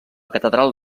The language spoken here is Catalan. catedral